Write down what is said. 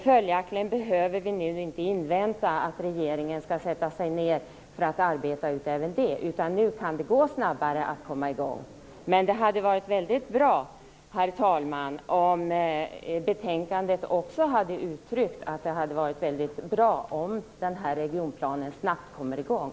Följaktligen behöver vi nu inte invänta att regeringen sätter sig ned för att utarbeta även detta, utan nu kan det gå snabbare att komma i gång. Men det hade varit väldigt bra, herr talman, om man i betänkandet hade uttryckt att det hade varit väldigt bra om regionplanen snabbt kommer i gång.